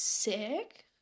Sick